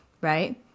Right